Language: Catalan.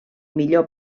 millor